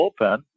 bullpen